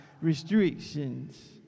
restrictions